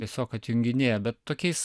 tiesiog atjunginėja bet tokiais